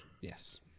yes